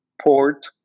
Port